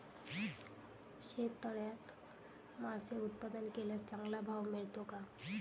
शेततळ्यात मासे उत्पादन केल्यास चांगला भाव मिळतो का?